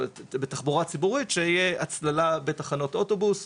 או בתחבורה ציבורית שיהיה הצללה בתחנות אוטובוס.